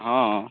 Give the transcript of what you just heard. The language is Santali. ᱦᱮᱸ